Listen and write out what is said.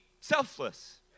selfless